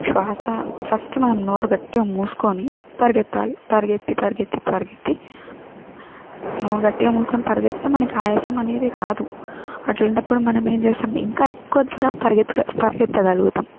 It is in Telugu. శ్వాస ఫస్ట్ మనం నోరు గట్టిగా మూసుకోని పరిగెత్తాలి పరిగెత్తి పరిగెత్తి పరిగెత్తి నోరు గట్టిగా మూసుకోని పరిగెత్తితే మనకి ఆయాసం అనేది రాదు అట్లాంటప్పుడు మనం ఏం చేస్తాం ఇంకా ఎక్కువ దూరం పరిగెత్త పరిగెత్తగలుగుతాం